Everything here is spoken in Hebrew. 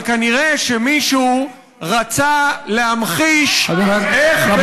אבל כנראה שמישהו רצה להמחיש איך באמת נראית דמוקרטיה בישראל.